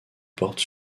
porte